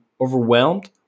overwhelmed